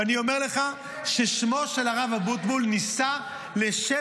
ואני אומר לך ששמו של הרב אבוטבול נישא לשם